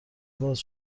باز